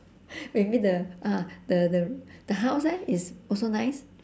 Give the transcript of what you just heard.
maybe the uh the the the house leh is also nice